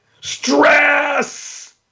stress